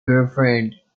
girlfriend